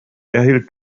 erhielt